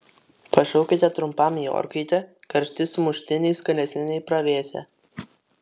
pašaukite trumpam į orkaitę karšti sumuštiniai skanesni nei pravėsę